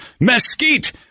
mesquite